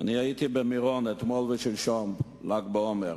הייתי במירון אתמול ושלשום, ל"ג בעומר.